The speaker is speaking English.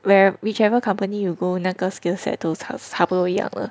where whichever company you go 那个 skillset 都差不多一样了